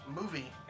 Movie